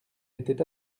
était